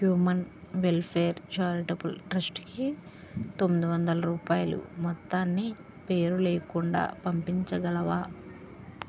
human welfare charitable ట్రస్ట్కీ తొమ్మిది వందల రూపాయలు మొత్తాన్ని పేరులేకుండా పంపించగలవా